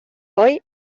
hoy